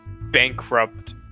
bankrupt